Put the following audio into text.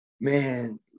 man